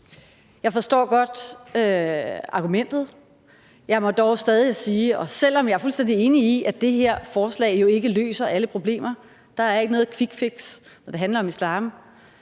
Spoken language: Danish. Jeg forstår godt argumentet. Jeg må dog stadig sige, også selv om jeg er fuldstændig enig i, at det her forslag jo ikke løser alle problemer – der er ikke noget quickfix, når det handler om islam